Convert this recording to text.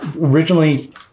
originally